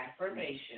affirmation